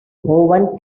owen